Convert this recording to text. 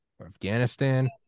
Afghanistan